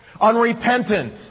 Unrepentant